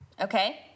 Okay